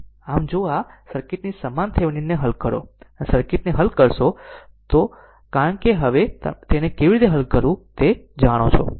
આમ જો આ સર્કિટની સમાન થિવેનિનને હલ કરો જો આ સર્કિટને હલ કરો તો તેને હલ કરો કારણ કે હવે તેને કેવી રીતે હલ કરવું તે જાણો